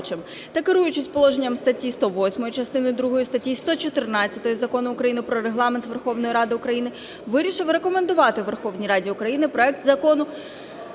та керуючись положенням статті 108 частини другої і статті 114 Закону України "Про Регламент Верховної Ради України" вирішив рекомендувати Верховній Раді України проект Закону